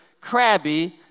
crabby